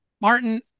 Martin